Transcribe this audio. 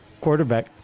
quarterback